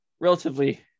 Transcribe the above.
relatively